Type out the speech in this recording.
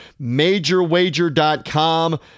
MajorWager.com